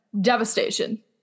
Devastation